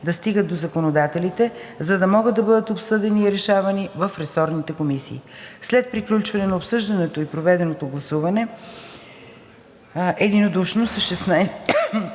да стигат до законодателите, за да могат да бъдат обсъдени и решавани в ресорните комисии. След приключване на обсъждането и проведено гласуване единодушно с 16